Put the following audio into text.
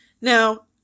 Now